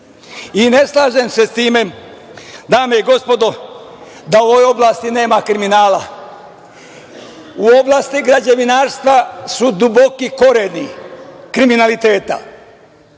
slažem se sa time, dame i gospodo, da u ovoj oblasti nema kriminala. U oblasti građevinarstva su duboki koreni kriminaliteta.